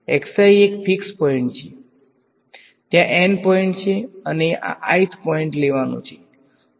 એક fix point છે ત્યાં N પોઈંટ છે અને આ ith પોઈંટ લેવાનું છે